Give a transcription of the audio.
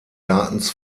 gartens